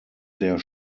der